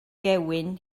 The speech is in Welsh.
gewyn